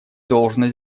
должно